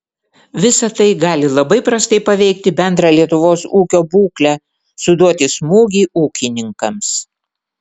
visa tai gali labai prastai paveikti bendrą lietuvos ūkio būklę suduoti smūgį ūkininkams